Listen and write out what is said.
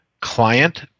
client